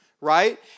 right